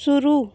शुरू